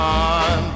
on